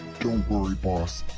don't worry, boss.